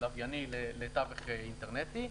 לווייני לתווך אינטרנטי.